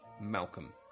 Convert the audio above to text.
Malcolm